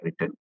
written